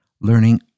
learning